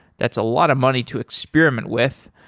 that's a lot of money to experiment with.